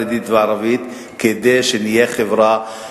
החרדית והערבית, כדי שנהיה חברה,